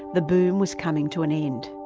the boom was coming to an end.